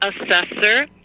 assessor